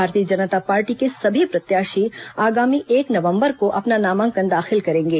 भारतीय जनता पार्टी के सभी प्रत्याशी आगामी एक नवंबर को अपना नामांकन दाखिल करेंगे